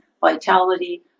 vitality